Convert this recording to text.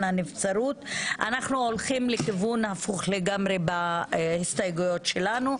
הנבצרות אנחנו הולכים לכיוון הפוך לגמרי בהסתייגויות שלנו,